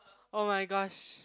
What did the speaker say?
oh-my-gosh